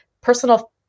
personal